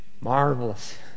marvelous